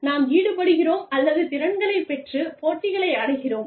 நாம் ஈடுபடுகிறோம் அல்லது திறன்களைப் பெற்று போட்டிகளை அடைகிறோம்